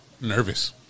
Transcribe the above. Nervous